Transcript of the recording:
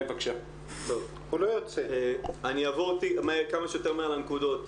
אני אעבור כמה שיותר מהר על הנקודות.